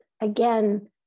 Again